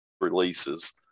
releases